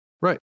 Right